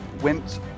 went